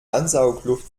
ansaugluft